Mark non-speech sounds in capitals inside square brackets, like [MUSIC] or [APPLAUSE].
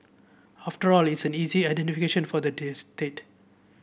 after all it's an easy identification for the [UNINTELLIGIBLE] state